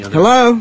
Hello